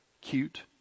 cute